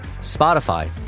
Spotify